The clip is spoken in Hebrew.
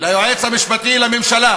ליועץ המשפטי לממשלה,